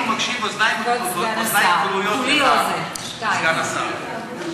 אני מאזין ומקשיב, אוזני כרויות לך, סגן השר.